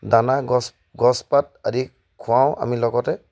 দানা গছ গছপাত আদি খুৱাওঁ আমি লগতে